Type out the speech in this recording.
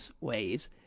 ways